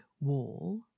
wall